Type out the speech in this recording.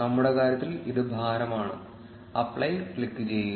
നമ്മുടെ കാര്യത്തിൽ ഇത് ഭാരമാണ്അപ്ലൈ ക്ലിക്കുചെയ്യുക